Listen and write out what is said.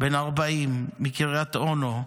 בן 40 מקריית אונו,